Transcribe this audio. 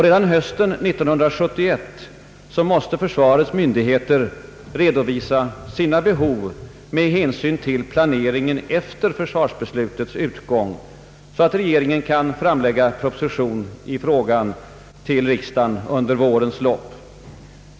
Redan hösten 1971 måste försvarets myndigheter redovisa sina behov med hänsyn till planeringen efter försvarsbeslutets utgång så att regeringen kan framlägga proposition i frågan till riksdagen under vårens lopp.